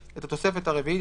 את התוספת הרביעית,